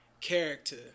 character